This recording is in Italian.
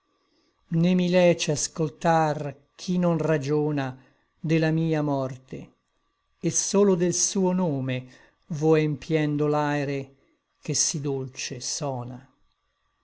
mi lece ascoltar chi non ragiona de la mia morte et solo del suo nome vo empiendo l'aere che sí dolce sona